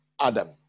Adam